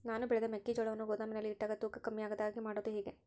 ನಾನು ಬೆಳೆದ ಮೆಕ್ಕಿಜೋಳವನ್ನು ಗೋದಾಮಿನಲ್ಲಿ ಇಟ್ಟಾಗ ತೂಕ ಕಮ್ಮಿ ಆಗದ ಹಾಗೆ ಮಾಡೋದು ಹೇಗೆ?